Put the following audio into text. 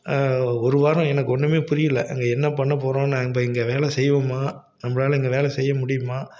ஒரு வாரம் எனக்கு ஒன்றுமே புரியல அங்கே என்ன பண்ணப்போகிறோம் நம்ப இங்கே வேலை செய்வோமா நம்பளால இங்கே வேலை செய்ய முடியுமா